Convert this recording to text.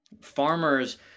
farmers